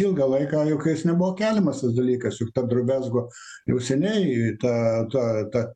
ilgą laiką juk jis nebuvo keliamas tas dalykas juk ta drobezgo jau seniai tą tą ta